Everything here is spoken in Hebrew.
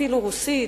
אפילו רוסית,